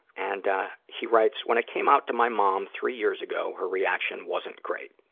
and, ah, he writes, when i came out to my mom three years ago, her reaction wasn't great.